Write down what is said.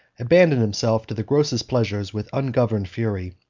abandoned himself to the grossest pleasures with ungoverned fury,